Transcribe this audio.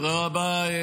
תודה רבה.